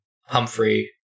Humphrey